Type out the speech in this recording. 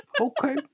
Okay